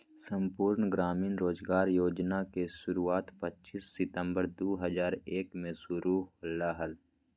संपूर्ण ग्रामीण रोजगार योजना के शुरुआत पच्चीस सितंबर दु हज़ार एक मे शुरू होलय हल